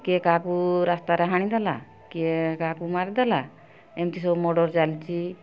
କିଏ କାହାକୁ ରାସ୍ତାରେ ହାଣିଦେଲା କିଏ କାହାକୁ ମାରିଦେଲା ଏମିତି ସବୁ ମର୍ଡ଼ର୍ ଚାଲିଛି